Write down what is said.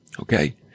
Okay